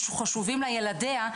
חשובים לה ילדיה,